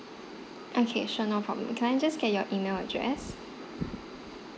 okay sure no problem can I just get your email address